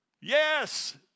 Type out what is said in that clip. Yes